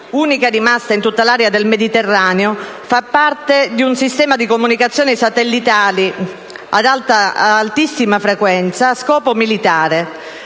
unica rimasta in tutta l'area del Mediterraneo, fa parte di un sistema di comunicazioni satellitari ad altissima frequenza a scopo militare.